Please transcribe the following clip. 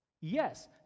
Yes